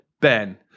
ben